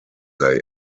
they